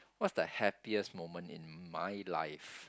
what's the happiest moment in my life